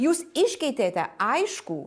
jūs iškeitėte aiškų